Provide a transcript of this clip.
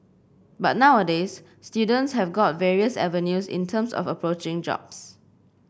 but nowadays students have got various avenues in terms of approaching jobs